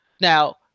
Now